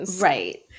Right